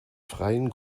freien